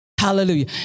Hallelujah